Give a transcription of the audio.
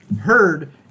heard